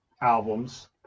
albums